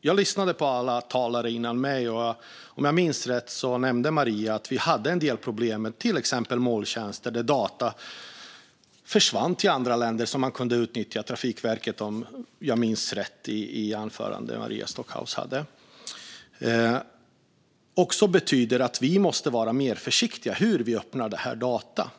Jag lyssnade på alla talare före mig, och om jag minns rätt nämnde Maria Stockhaus i sitt anförande att vi haft en del problem med till exempel molntjänster, där data om Trafikverket har försvunnit till andra länder som kunnat utnyttja dessa. Det betyder att vi måste vara mer försiktiga med hur vi öppnar data.